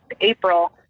April